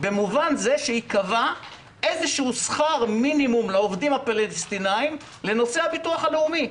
במובן זה שייקבע שכר מינימום לעובדים הפלסטינאים לנושא הביטוח הלאומי,